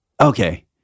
okay